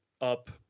up